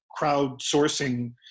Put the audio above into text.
crowdsourcing